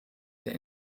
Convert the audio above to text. der